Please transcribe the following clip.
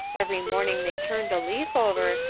every morning they turned a leaf over,